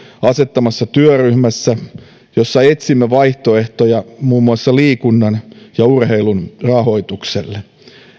asettamassa työryhmässä jossa etsimme vaihtoehtoja muun muassa liikunnan ja urheilun rahoitukselle